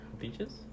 beaches